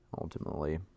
Ultimately